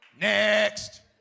Next